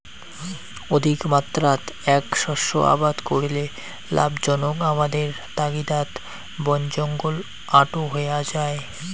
অধিকমাত্রাত এ্যাক শস্য আবাদ করিলে লাভজনক আবাদের তাগিদাত বনজঙ্গল আটো হয়া যাই